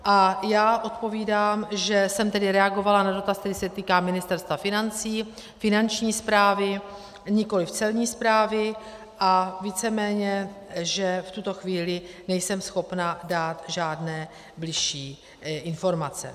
A já odpovídám, že jsem tedy reagovala na dotaz, který se týká Ministerstva financí, Finanční správy a nikoliv Celní správy a víceméně že v tuto chvíli nejsem schopna dát žádné bližší informace.